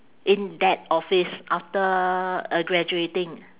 in that office after uh graduating